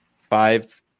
five